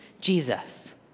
Jesus